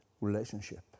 relationship